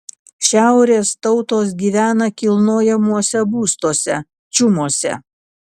šiaurės tautos gyvena kilnojamuose būstuose čiumuose